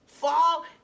fall